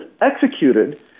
executed